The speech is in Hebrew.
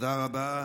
תודה רבה.